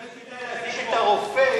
אולי כדאי להזעיק את הרופא,